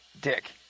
dick